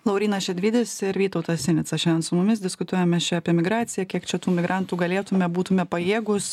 laurynas šedvydis ir vytautas sinica šiandien su mumis diskutuojam mes čia apie emigraciją kiek čia tų migrantų galėtume būtume pajėgūs